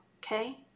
okay